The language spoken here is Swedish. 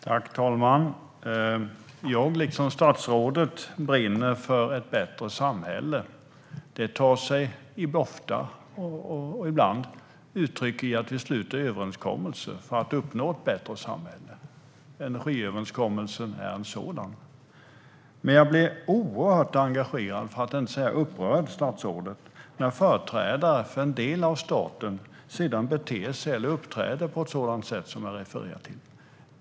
Herr talman! Liksom statsrådet brinner jag för att uppnå ett bättre samhälle. Att människor brinner för detta tar sig ibland uttryck i att vi sluter överenskommelser för att uppnå ett bättre samhälle. Energiöverenskommelsen var en sådan. Men jag blir oerhört engagerad, för att inte säga upprörd, statsrådet, när företrädare för en del av staten sedan beter sig eller uppträder på ett sådant sätt som jag refererar till.